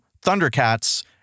Thundercats